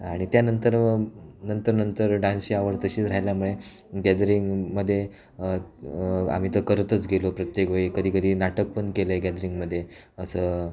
आणि त्यानंतर नंतरनंतर डान्सची आवड तशीच राहिल्यामुळे गॅदरिंगमध्ये आम्ही तर करतच गेलो प्रत्येक वेळी कधीकधी नाटक पण केलं आहे गॅदरिंगमध्ये असं